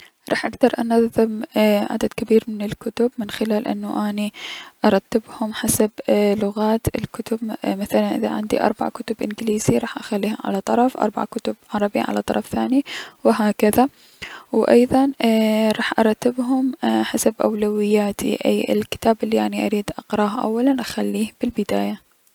راح اكدر انظم اي- عدد كبير من الكتب من خلال اني ارتبهم حسب لغات الكتب اي مثلا اذا عندي اربع كتب انكليزي راح اخليها على طرف، اربع كتب عربي على طرف ثاني و هكذا و ايضا راح ارتبهم حسب اولوياتي يعني الكتاب الي اني اريد اقراه اولا راح اخليه بالبداية.